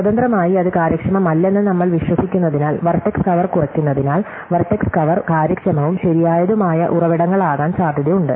സ്വതന്ത്രമായി അത് കാര്യക്ഷമമല്ലെന്ന് നമ്മൾ വിശ്വസിക്കുന്നതിനാൽ വെർട്ടെക്സ് കവർ കുറയ്ക്കുന്നതിനാൽ വെർട്ടെക്സ് കവർ കാര്യക്ഷമവും ശരിയായതുമായ ഉറവിടങ്ങളാകാൻ സാധ്യതയുണ്ട്